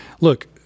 Look